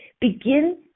Begin